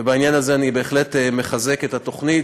ובעניין הזה אני בהחלט מחזק את התוכנית,